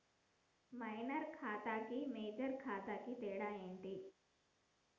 Minor ఖాతా కి major ఖాతా కి తేడా ఏంటి?